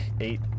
eight